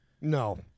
No